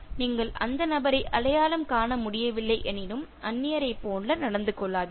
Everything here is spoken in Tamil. நீங்கள் அந்த நபரை அடையாளம் காணமுடியவில்லை எனினும் அந்நியரைப் போல நடந்து கொள்ளாதீர்கள்